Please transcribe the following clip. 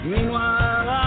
Meanwhile